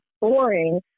boring